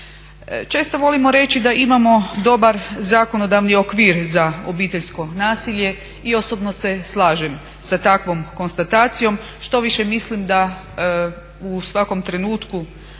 Često volimo reći da imamo dobar zakonodavni okvir za obiteljsko nasilje i osobno se slažem sa takvom konstatacijom. štoviše, mislim da u svakom trenutku